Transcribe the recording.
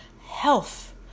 Health